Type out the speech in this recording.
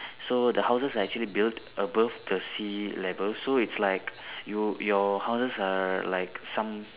so the houses are actually build above the sea level so is like you your houses are like some